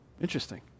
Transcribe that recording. Interesting